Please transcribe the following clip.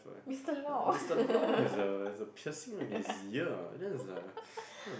mister-loh